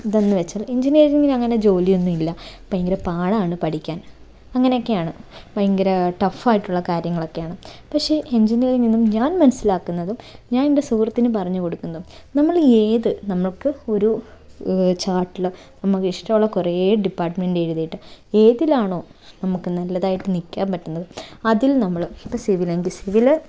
ഇതെന്ന് വെച്ചാൽ എൻജിനീയറിങ്ങിന് അങ്ങനെ ജോലിയൊന്നുമില്ല ഭയങ്കര പാടാണ് പഠിക്കാൻ അങ്ങനെയൊക്കെയാണ് ഭയങ്കര ടഫ് ആയിട്ടുള്ള കാര്യങ്ങളൊക്കെയാണ് പക്ഷേ എൻജിനീയറിങ് നിന്ന് ഞാൻ മനസ്സിലാക്കുന്നതും ഞാൻ എൻ്റെ സുഹൃത്തിന് പറഞ്ഞു കൊടുക്കുന്നതും നമ്മൾ ഏത് നമുക്ക് ഒരു ചാർട്ടിൽ നമുക്ക് ഇഷ്ടമുള്ള കൊറേ ഡിപ്പാർട്ട്മെന്റ് എഴുതിയിട്ട് ഏതിലാണോ നമുക്ക് നല്ലതായിട്ട് നിൽക്കാൻ പറ്റുന്നത് അതിൽ നമ്മൾ ഇപ്പം സിവിൽ എങ്കിൽ സിവിൽ